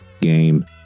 game